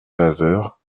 paveurs